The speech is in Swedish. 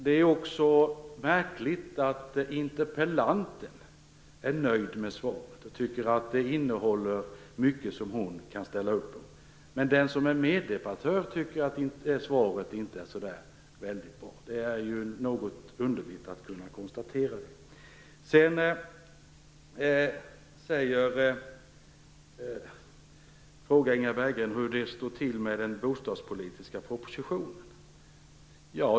Det är också märkligt att interpellanten är nöjd med svaret och tycker att det innehåller mycket som hon kan ställa upp på, medan meddebattören inte tycker att svaret är särskilt bra. Det är något underligt att kunna konstatera det. Inga Berggren frågade hur det står till med den bostadspolitiska propositionen.